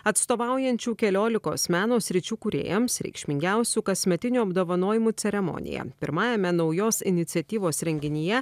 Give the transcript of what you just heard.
atstovaujančių keliolikos meno sričių kūrėjams reikšmingiausių kasmetinių apdovanojimų ceremonija pirmajame naujos iniciatyvos renginyje